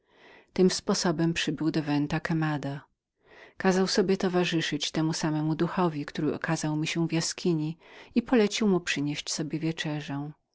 tym sposobem przybył do venta quemadaventa quemada kazał sobie towarzyszyć temu samemu duchowi który ukazał mi się w jaskini i polecił mu przynieść sobie wieczerzę